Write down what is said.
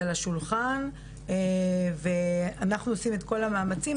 זה על השולחן ואנחנו עושים את כל המאמצים.